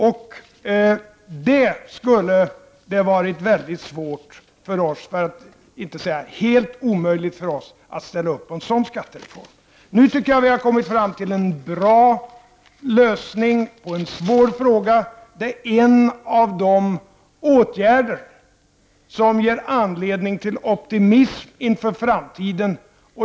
En sådan skattereform hade det varit svårt för oss socialdemokrater — för att inte säga helt omöjligt — att stödja. Nu tycker jag att vi har kommit fram till en bra lösning på en svår fråga. Det är en av de åtgärder som ger anledning till optimism inför framtiden.